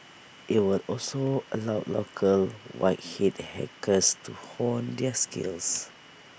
IT would also allow local white hat hackers to hone their skills